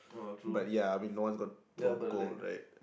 but ya I mean no one's gonna throw gold right